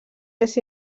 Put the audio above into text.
més